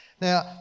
Now